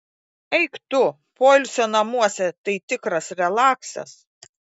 eik tu poilsio namuose tai tikras relaksas